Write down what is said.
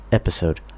episode